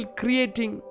creating